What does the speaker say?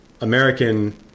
American